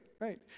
right